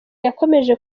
yakomeje